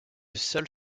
sol